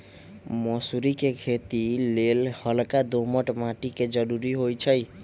मसुरी कें खेति लेल हल्का दोमट माटी के जरूरी होइ छइ